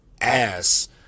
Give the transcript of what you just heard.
ass